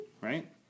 Right